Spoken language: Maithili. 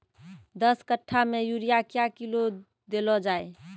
दस कट्ठा मे यूरिया क्या किलो देलो जाय?